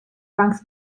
ranks